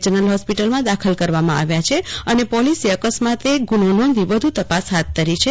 general હોસ્પિટલમાં દાખલ કરવામાં આવ્યા છે અને પોલીસે અકસ્માતે ગુન્હો નોંધી વધુ તપાસ હાથ ધરી છે